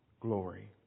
glory